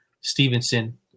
Stevenson